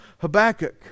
Habakkuk